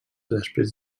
després